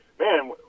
man